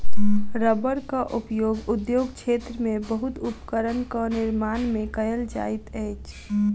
रबड़क उपयोग उद्योग क्षेत्र में बहुत उपकरणक निर्माण में कयल जाइत अछि